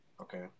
Okay